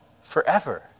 forever